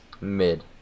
Mid